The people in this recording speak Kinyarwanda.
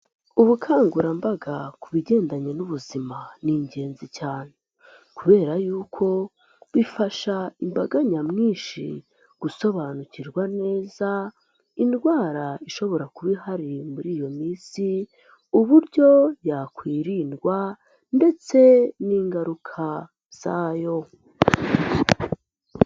Ubukangurambaga ku bigendanye n'ubuzima ni ingenzi cyane kubera yuko bifasha imbaga nyamwinshi gusobanukirwa neza indwara ishobora kuba ihari muri iyo minsi, uburyo yakwirindwa ndetse n'ingaruka zayo